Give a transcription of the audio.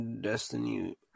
Destiny